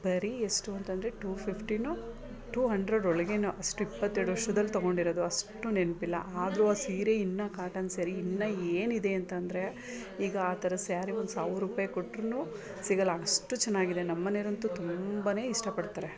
ಬರೀ ಎಷ್ಟು ಅಂತಂದರೆ ಟೂ ಫಿಫ್ಟೀಯು ಟೂ ಹಂಡ್ರೆಡ್ ಒಳಗೆಯೋ ಅಷ್ಟು ಇಪ್ಪತ್ತೆರಡು ವರ್ಷದಲ್ಲಿ ತಗೊಂಡಿರೋದು ಅಷ್ಟು ನೆನಪಿಲ್ಲ ಆದರೂ ಆ ಸೀರೆ ಇನ್ನು ಕಾಟನ್ ಸ್ಯಾರಿ ಇನ್ನು ಏನಿದೆ ಅಂತಂದರೆ ಈಗ ಆ ಥರ ಸ್ಯಾರಿ ಒಂದು ಸಾವಿರ ರೂಪಾಯಿ ಕೊಟ್ರೂ ಸಿಗೋಲ್ಲ ಅಷ್ಟು ಚೆನ್ನಾಗಿದೆ ನಮ್ಮ ಮನೆವ್ರಂತು ತುಂಬಾ ಇಷ್ಟಪಡ್ತಾರೆ